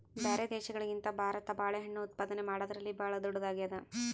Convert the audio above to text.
ಬ್ಯಾರೆ ದೇಶಗಳಿಗಿಂತ ಭಾರತ ಬಾಳೆಹಣ್ಣು ಉತ್ಪಾದನೆ ಮಾಡದ್ರಲ್ಲಿ ಭಾಳ್ ಧೊಡ್ಡದಾಗ್ಯಾದ